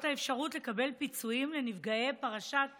האפשרות לקבל פיצויים לנפגעי פרשת תימן,